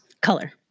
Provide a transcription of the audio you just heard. color